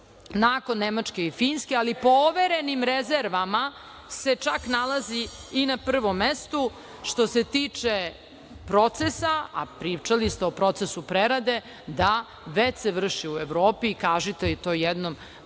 nakon Nemačke i Finske, ali po overenim rezervama se čak nalazi i na prvom mestu. Što se tiče procesa, a pričali ste o procesu prerade, da, već se vrši u Evropi i kažite to jednom